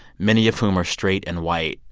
many of whom are straight and white,